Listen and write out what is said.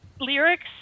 lyrics